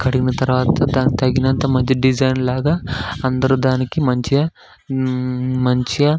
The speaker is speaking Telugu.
కడిగిన తర్వాత దానికి తగినంత ముందు డిజైన్లాగా అందరూ దానికి మంచిగా మంచిగా